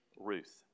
Ruth